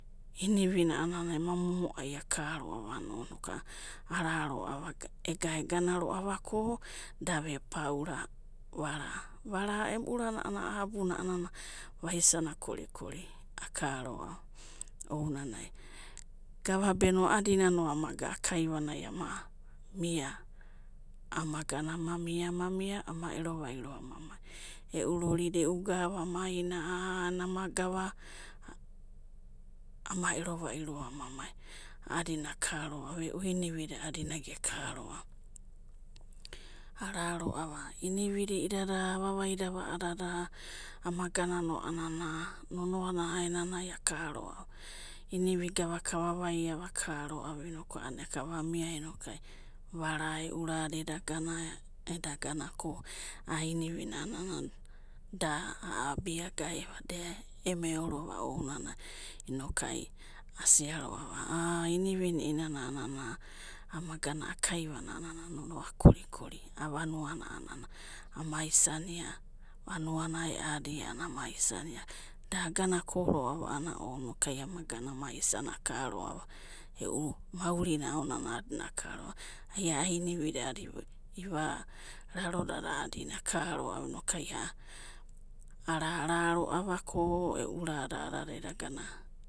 Inivina a'ana ema momo'ai aka ro'ava a'ana ounanai inoka'a ara ro'ava ega egana ro'ava ko davepaura. Vara, vora e'u urana a'ana a'a abuna a'anana vaisana korikori aka ro'ava ounanai gavabeno a'adina no amaga a'a kaivanai ama mia. Amagana ama mia ama mia ama erova'iro ama mai e'u rorida e'u gava ama ina a'ana ama gava ero va'iro ama mai. A'adina aka ro'ava e'u inivida a'adina geka ro'ava. Ara ro'ava inivida i'idada avavaida va a'adada ama ganano a'anana nonoana a'aenanai aka ro'ava. Inivi gavaka avavaia ro'ava aka ro'ava inoku a'adina eka vamia inoku vara e'u rada eda gana eda gana ko a'a inivina a'ana da a'abia gaeva. De emeorova ounanai inokai asiaro'ava a' inivina i'inana ama gana a'a kaivanai a'anana nonoa korikori. A'a vanuana a'anana ama isania, vanuana ae'adi a'ana ama isania, da agana ko ro'ava ounanai inokai ama gana ama isania aka ro'ava. E'u maurina aonani aka ro'ava ia inivida ivararodada a'adina aka ro'ava inokai a'a ara ara ro'ava ko e'u rada a'ada eda gana.